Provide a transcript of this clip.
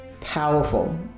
powerful